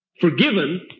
forgiven